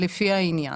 לפי העניין,